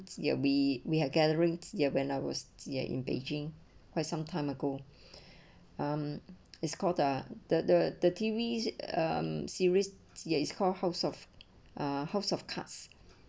it's well be we have gatherings there when I was in beijing quite some time ago um it's called ah the the the T_V mm series ya it's called house of a house of cards